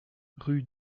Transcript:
rue